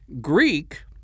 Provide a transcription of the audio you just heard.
Greek